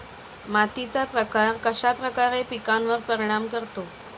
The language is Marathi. मातीचा प्रकार कश्याप्रकारे पिकांवर परिणाम करतो?